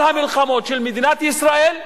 כל המלחמות של מדינת ישראל,